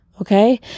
okay